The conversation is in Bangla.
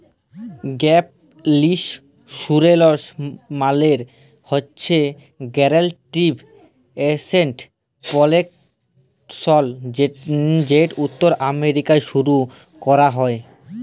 গ্যাপ ইলসুরেলস মালে হছে গ্যারেলটিড এসেট পরটেকশল যেট উত্তর আমেরিকায় শুরু ক্যরা হ্যয়